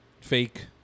fake